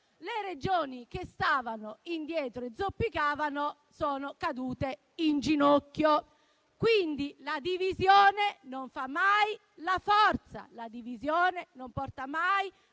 le Regioni che stavano indietro e zoppicavano sono cadute in ginocchio. Quindi, la divisione non fa mai la forza e non porta mai